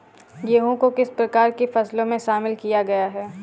गेहूँ को किस प्रकार की फसलों में शामिल किया गया है?